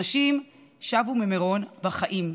אנשים שבו ממירון בחיים,